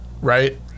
right